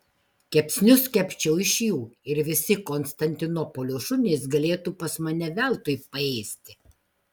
kepsnius kepčiau iš jų ir visi konstantinopolio šunys galėtų pas mane veltui paėsti